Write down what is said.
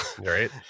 Right